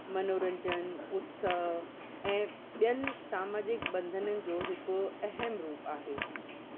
मनोरंजन उत्सव ऐं ॿियनि सामाजिक ॿंधननि जो हिकु अहम रूप आहे